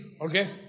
okay